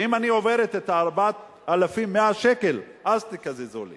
ואם אני עוברת את ה-4,100 שקל, אז תקזזו לי.